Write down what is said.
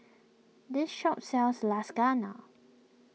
this shop sells Lasagna